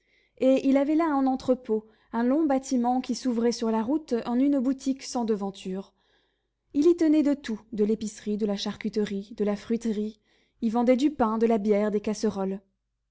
et il avait là un entrepôt un long bâtiment qui s'ouvrait sur la route en une boutique sans devanture il y tenait de tout de l'épicerie de la charcuterie de la fruiterie y vendait du pain de la bière des casseroles